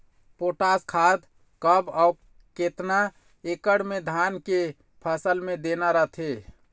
Potash खाद कब अऊ केतना एकड़ मे धान के फसल मे देना रथे?